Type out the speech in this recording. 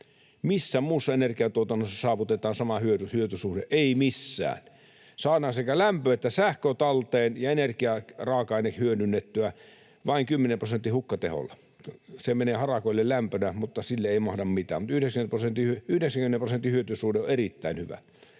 Missä muussa energiantuotannossa saavutetaan sama hyötysuhde? Ei missään. Saadaan sekä lämpö että sähkö talteen ja energiaraaka-aine hyödynnettyä vain 10 prosentin hukkateholla. Se menee harakoille lämpönä, mutta sille ei mahda mitään, mutta 90 prosentin hyötysuhde on erittäin hyvä.